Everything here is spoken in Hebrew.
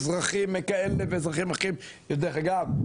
אזרחים כאלה ואזרחים אחרים ודרך אגב,